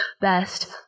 best